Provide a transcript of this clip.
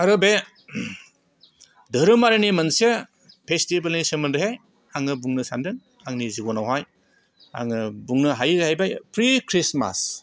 आरो बे धोरोमारिनि मोनसे फेसटिभेलनि सोमोन्दैहाय आङो बुंनो सानदों आंनि जिबनावहाय आङो बुंनो हायो जाहैबाय प्रि ख्रिस्टमास